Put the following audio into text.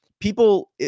people